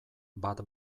bat